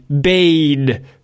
Bane